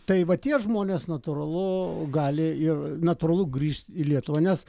tai va tie žmonės natūralu gali ir natūralu grįžt į lietuvą nes